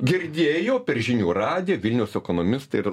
girdėjo per žinių radiją vilniaus ekonomistai ir